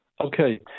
Okay